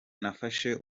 nafashe